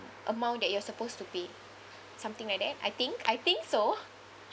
amount that you are supposed to pay something like that I think I think so